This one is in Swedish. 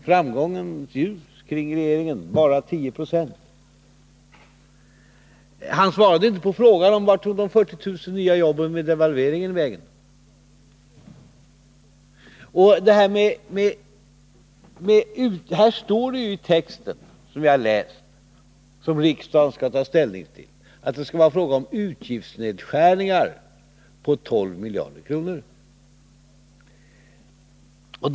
Framgångens ljus kring regeringen: bara 10 20. Men Rolf Wirtén svarade inte på frågan om vart de 40000 nya jobben, som skulle skapas genom devalveringen, tog vägen. I den text som vi nu har läst och som riksdagen skall ta ställning till står det att det är fråga om utgiftsnedskärningar på 12 miljarder kronor.